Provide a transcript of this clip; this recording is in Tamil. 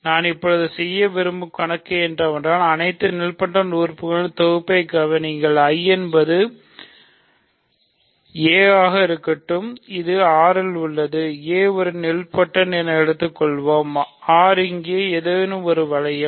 நான் இப்போது செய்ய விரும்பும் கணக்கு என்னவென்றால் அனைத்து நீல்பொடென்ட் என எடுத்துக் கொள்வோம் R இங்கே ஏதோ ஒரு வளையம்